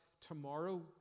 tomorrow